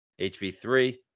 HV3